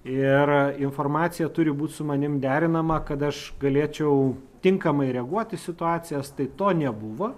ir informacija turi būti su manim derinama kad aš galėčiau tinkamai reaguot į situacijas tai to nebuvo